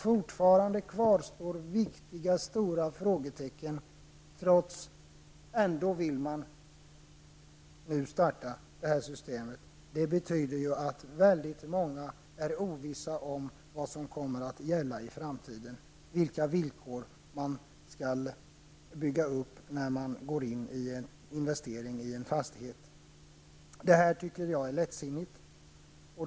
Fortfarande kvarstår viktiga och stora frågetecken. Ändå vill man nu starta det här systemet. Det innebär att det är mycket ovisst vad som kommer att gälla i framtiden och vilka villkor man skall bygga upp när man avser att investera i en fastighet. Jag tycker att det är lättsinnigt.